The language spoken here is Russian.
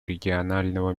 регионального